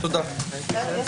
תודה רבה.